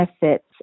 benefits